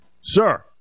Sir